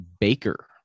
Baker